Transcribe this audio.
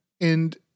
and-